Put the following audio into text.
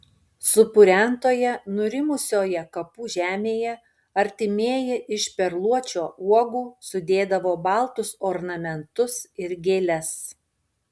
supurentoje nurimusioje kapų žemėje artimieji iš perluočio uogų sudėdavo baltus ornamentus ir gėles